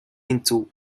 into